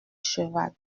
cheval